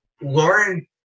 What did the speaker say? Lauren